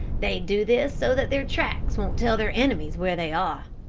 they do this so that their tracks won't tell their enemies where they are.